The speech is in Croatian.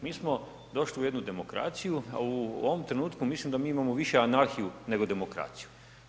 Mi smo došli u jednu demokraciju a u ovom trenutku mislim da mi imamo više anarhiju nego demokraciju.